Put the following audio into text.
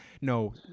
no